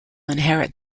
inherit